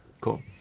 Cool